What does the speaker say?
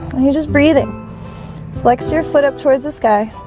you're just breathing flex your foot up towards the sky